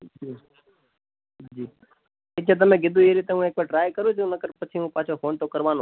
ઠીક છે તમે કીધું એ રીતે હું એક વાર ટ્રાય કરી જોઉં નકર પાછો હું ફોન તો કરવાનો